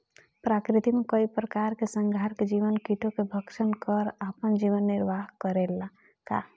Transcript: प्रकृति मे कई प्रकार के संहारक जीव कीटो के भक्षन कर आपन जीवन निरवाह करेला का?